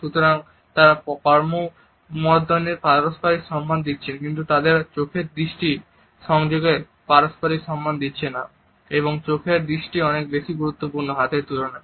সুতরাং তারা করমর্দনের পারস্পরিক সম্মান দিচ্ছেন কিন্তু তারা চোখের দৃষ্টি সংযোগের পারস্পরিক সম্মান দিচ্ছেন না এবং চোখের দৃষ্টি অনেক বেশি গুরুত্বপূর্ণ হাতের তুলনায়